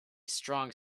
strong